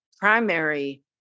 primary